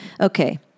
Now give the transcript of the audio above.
okay